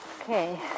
Okay